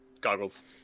Goggles